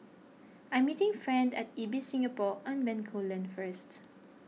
I am meeting friend at Ibis Singapore on Bencoolen first